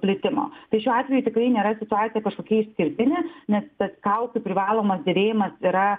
plitimo tai šiuo atveju tikrai nėra situacija kažkokia išskirtinė nes kaukių privalomas dėvėjimas yra